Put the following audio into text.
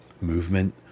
movement